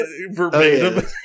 Verbatim